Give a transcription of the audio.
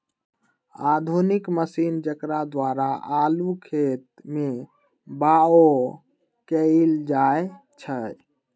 आधुनिक मशीन जेकरा द्वारा आलू खेत में बाओ कएल जाए छै